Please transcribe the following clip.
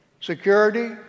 security